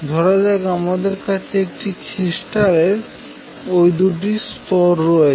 ধরাযাক আমাদের কাছে একটি ক্রিস্টালের ওই দুটি স্তর রয়েছে